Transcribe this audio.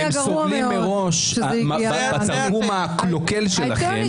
הם סובלים מראש מהתרגום הקלוקל שלך,